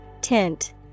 Tint